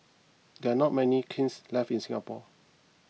there are not many kilns left in Singapore